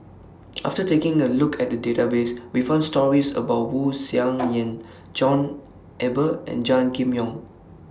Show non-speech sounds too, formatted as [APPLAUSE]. after taking A Look At The Database We found stories about Wu Tsai [NOISE] Yen John Eber and Gan Kim Yong